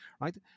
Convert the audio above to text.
right